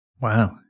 Wow